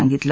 सांगितलं